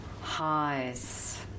highs